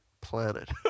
planet